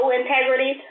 integrity